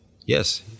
yes